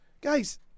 Guys